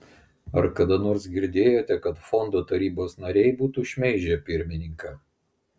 ar kada nors girdėjote kad fondo tarybos nariai būtų šmeižę pirmininką